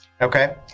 Okay